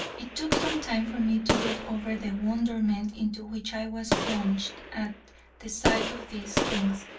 it took some time for me to get over the wonderment into which i was plunged at the sight of these things,